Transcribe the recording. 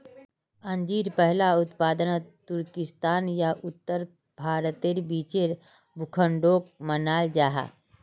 अंजीर पहला उत्पादन तुर्किस्तान या उत्तर भारतेर बीचेर भूखंडोक मानाल जाहा